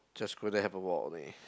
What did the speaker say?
just go there have a walk only